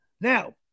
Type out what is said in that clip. Now